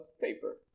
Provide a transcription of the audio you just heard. paper